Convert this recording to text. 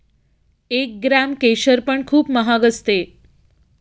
एक ग्राम केशर पण खूप महाग असते